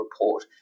report